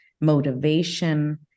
motivation